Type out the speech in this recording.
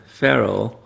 Pharaoh